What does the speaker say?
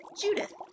Judith